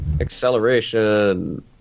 Acceleration